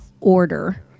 order